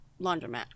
laundromat